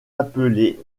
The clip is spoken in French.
appelés